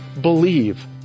believe